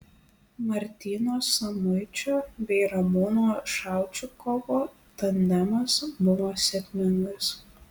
martyno samuičio bei ramūno šaučikovo tandemas buvo sėkmingas